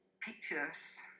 pictures